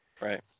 Right